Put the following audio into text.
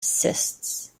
cysts